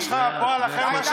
יש לך פועל אחר מאשר "תתביישו"?